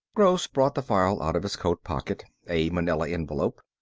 gross brought the file out of his coat pocket, a manila envelope.